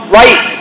right